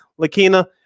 Lakina